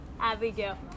Abigail